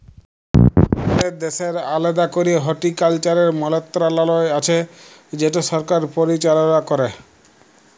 আমাদের দ্যাশের আলেদা ক্যরে হর্টিকালচারের মলত্রলালয় আছে যেট সরকার পরিচাললা ক্যরে